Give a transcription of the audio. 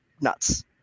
nuts